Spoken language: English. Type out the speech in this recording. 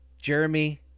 Jeremy